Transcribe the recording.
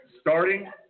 Starting